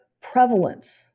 prevalent